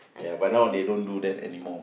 ya but now they don't do that anymore